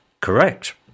correct